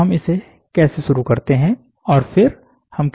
तो हम इसे कैसे शुरू करते हैं और फिर हम कैसे वापस आते हैं